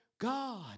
God